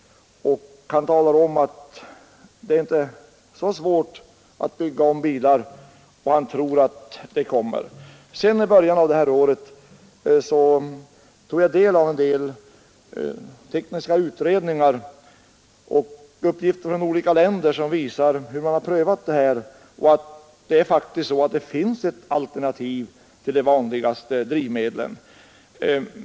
Han talar där om att det inte är så svårt att bygga om bilar, och han tror att detta är något som kommer. I början av det här året tog jag del av några tekniska utredningar och uppgifter från olika länder som visar att man har prövat det här. Det finns faktiskt ett alternativ till de vanligaste drivmedlen.